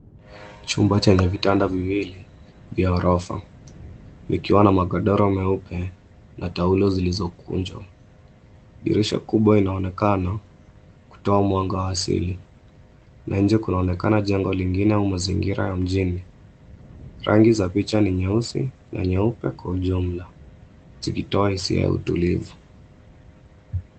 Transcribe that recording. Chumba chenye vitanda viwili vya ghorofa, vikiwa na magodoro meupe na taulo zilizokunjwa. Dirisha kubwa inaonekana kutoa mwanga wa asili. Na nje kunaonekana jengo lingine au mazingira ya mjini. Rangi za kuta ni nyeusi na nyeupe kwa ujumla, zikitoa hisia ya utulivu.